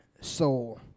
soul